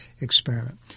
Experiment